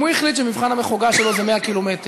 אם הוא החליט שמבחן המחוגה שלו זה 100 קילומטר,